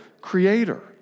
creator